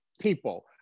people